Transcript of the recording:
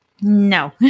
No